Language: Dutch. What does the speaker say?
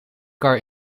kar